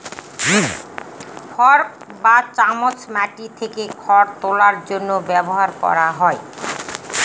fork বা চামচ মাটি থেকে খড় তোলার জন্য ব্যবহার করা হয়